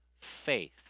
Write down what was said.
faith